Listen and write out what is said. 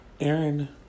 Aaron